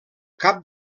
cap